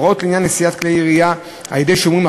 הוראות לעניין נשיאת כלי ירייה על-ידי שומרים.